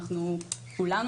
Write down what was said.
כולנו,